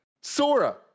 sora